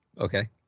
Okay